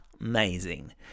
Amazing